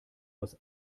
aus